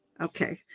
Okay